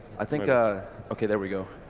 i think okay there we go.